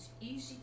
easy